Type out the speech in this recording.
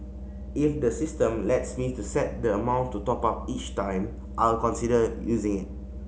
if the system lets me to set the amount to top up each time I'll consider using it